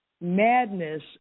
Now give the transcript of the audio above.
madness